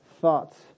thoughts